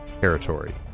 territory